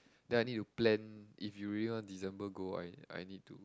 then I need to plan if you really want December go I I need to